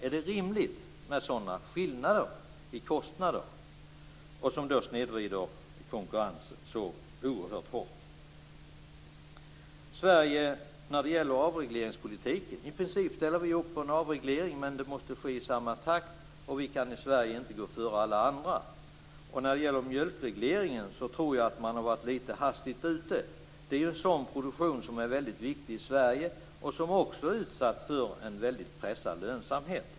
Är det rimligt med sådana skillnader i kostnader som snedvrider konkurrensen så oerhört hårt? Sedan vill jag säga något om Sverige när det gäller avregleringspolitiken. I princip ställer vi upp på en avreglering. Men det måste ske i samma takt. Vi kan i Sverige inte gå före alla andra. När det gäller mjölkregleringen tror jag att man har varit litet hastigt ute. Det är ju en sådan produktion som är väldigt viktig i Sverige och som också är utsatt för en väldigt pressad lönsamhet.